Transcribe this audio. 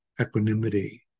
equanimity